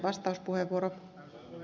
arvoisa puhemies